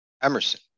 Emerson